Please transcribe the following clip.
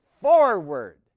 forward